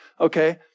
Okay